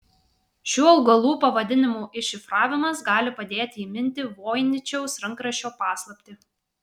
šių augalų pavadinimų iššifravimas gali padėti įminti voiničiaus rankraščio paslaptį